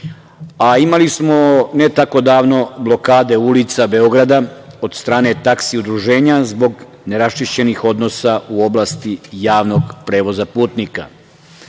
a imali smo ne tako davno blokade ulica Beograda od strane taksi udruženja zbog neraščišćenih odnosa u oblasti javnog prevoza putnika.